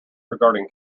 regarding